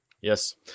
Yes